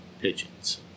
pigeons